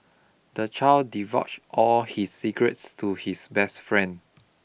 the child divulged all his secrets to his best friend